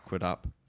up